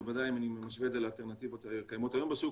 בוודאי אם אני משווה את זה לאלטרנטיבות הקיימות היום בשוק,